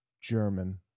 German